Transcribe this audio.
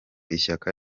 ishyaka